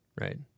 Right